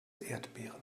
erdbeeren